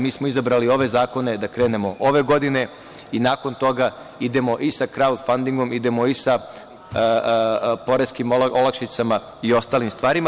Mi smo izabrali ove zakone, da krenemo ove godine i nakon toga idemo i sa crowdfunding i sa poreskim olakšicama i ostalim stvarima.